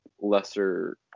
lesser